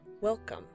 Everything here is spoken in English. Welcome